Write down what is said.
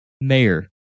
Mayor